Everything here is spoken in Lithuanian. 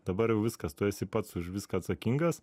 dabar viskas tu esi pats už viską atsakingas